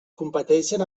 competeixen